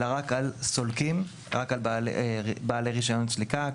אלא רק על בעלי רישיון סליקה,